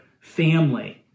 family